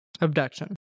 abduction